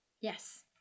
Yes